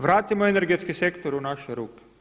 Vratimo energetski sektor u naše ruke.